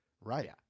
Right